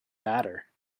matter